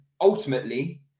ultimately